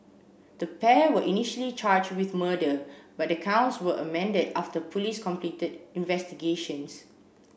the pair were initially charged with murder but the counts were amended after police completed investigations